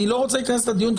אני לא רוצה להיכנס לדיון,